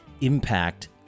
impact